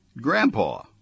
grandpa